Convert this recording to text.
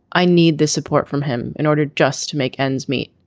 i need this support from him in order just to make ends meet.